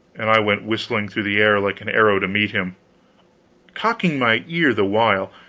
and i went whistling through the air like an arrow to meet him cocking my ear the while,